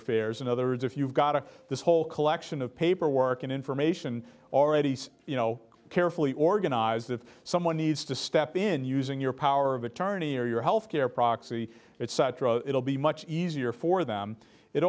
affairs in other words if you've got a this whole collection of paperwork and information already you know carefully organized if someone needs to step in using your power of attorney or your health care proxy etc it will be much easier for them it